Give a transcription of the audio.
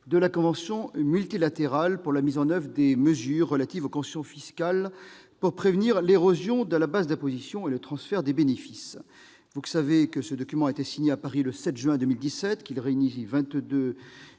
de la convention multilatérale pour la mise en oeuvre des mesures relatives aux conventions fiscales pour prévenir l'érosion de la base d'imposition et le transfert de bénéfices. Cette convention a été signée à Paris le 7 juin 2017 et réunit en